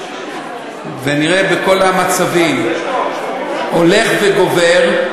ונראה בכל המצבים, הולך וגובר,